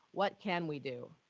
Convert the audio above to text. what can we do?